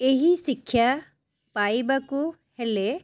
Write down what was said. ଏହି ଶିକ୍ଷା ପାଇବାକୁ ହେଲେ